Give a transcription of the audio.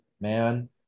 man